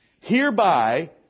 Hereby